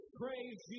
praise